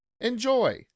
Enjoy